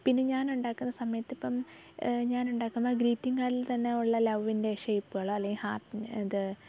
പിന്നെ ഞാനുണ്ടാക്കുന്ന സമയത്തിപ്പം ഞാനുണ്ടാക്കുന്ന ഗ്രീറ്റിങ് കാർഡിൽ തന്നെ ഉള്ള ലവ്വിന്റെ ഷെയ്പ്പുകൾ അല്ലെങ്കിൽ ഹാർട്ടിന്റെ ഇത്